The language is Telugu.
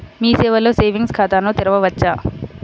మీ సేవలో సేవింగ్స్ ఖాతాను తెరవవచ్చా?